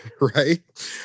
right